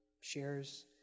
shares